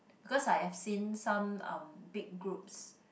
cause I have seen some uh big groups